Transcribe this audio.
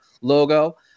logo